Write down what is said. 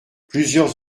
plusieurs